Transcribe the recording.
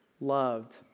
loved